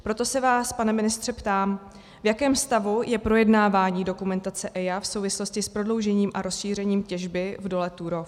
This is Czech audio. Proto se vás, pane ministře, ptám, v jakém stavu je projednávání dokumentace EIA v souvislosti s prodloužením a rozšířením těžby v dole Turów.